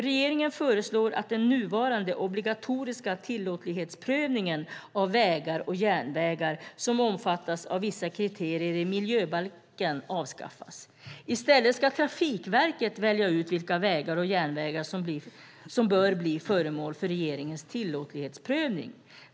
Regeringen föreslår att den nuvarande obligatoriska tillåtlighetsprövningen av vägar och järnvägar som omfattas av vissa kriterier i miljöbalken avskaffas. I stället ska Trafikverket välja ut vilka vägar och järnvägar som bör bli föremål för regeringens tillåtlighetsprövning.